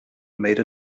made